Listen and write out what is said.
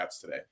today